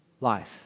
life